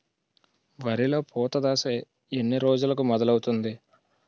వరిలో పూత దశ ఎన్ని రోజులకు మొదలవుతుంది?